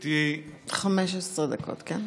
כן?